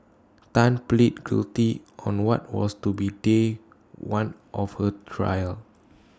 Tan pleaded guilty on what was to be day one of her trial